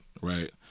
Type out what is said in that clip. right